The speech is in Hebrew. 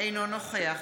אינו נוכח